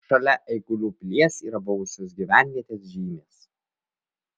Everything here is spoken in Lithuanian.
šalia eigulių pilies yra ir buvusios gyvenvietės žymės